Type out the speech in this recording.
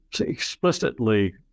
explicitly